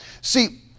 See